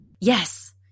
Yes